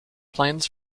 plans